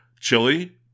Chili